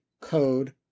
code